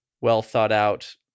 well-thought-out